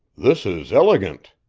this is illigant,